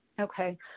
Okay